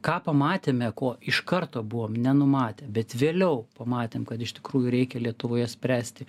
ką pamatėme ko iš karto buvom nenumatę bet vėliau pamatėm kad iš tikrųjų reikia lietuvoje spręsti